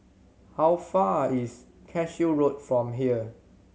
how far is Cashew Road from here